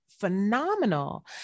phenomenal